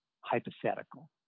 hypothetical